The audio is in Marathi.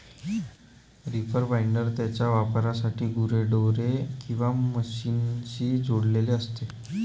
रीपर बाइंडर त्याच्या वापरासाठी गुरेढोरे किंवा मशीनशी जोडलेले असते